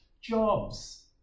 jobs